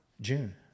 June